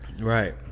Right